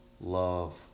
love